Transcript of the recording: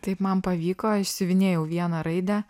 taip man pavyko išsiuvinėjau vieną raidę